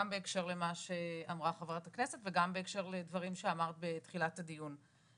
גם בהקשר למה שאמרה חברת הכנסת וגם בהקשר לדברים שאמרת בתחילת הדיון.